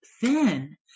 thin